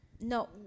No